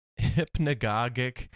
hypnagogic